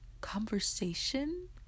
conversation